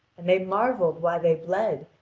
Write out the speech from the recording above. and they marvelled why they bled,